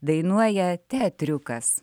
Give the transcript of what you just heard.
dainuoja teatriukas